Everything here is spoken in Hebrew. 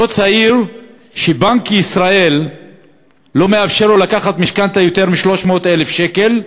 אותו צעיר שבנק ישראל לא מאפשר לו לקחת משכנתה של יותר מ-300,000 שקל,